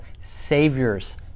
Savior's